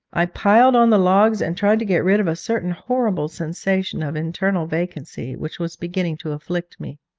i piled on the logs and tried to get rid of a certain horrible sensation of internal vacancy which was beginning to afflict me.